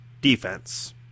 defense